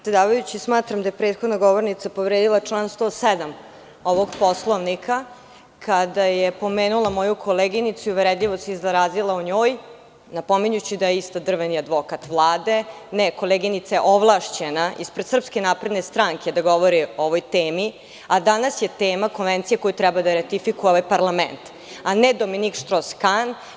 Predsedavajući, smatram da je prethodna govornica povredila član 107. ovog poslovnika, kada je povredila moju koleginicu i uvredljivo se izrazila o njoj, napominjući da je isto drveni advokat Vlade, a koleginica je ovlašćena ispred SNS da govori o ovoj temi, a danas je tema konvencija koju treba da ratifikuje ovaj parlament, a ne Dominik Štros Kan.